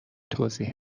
توضیح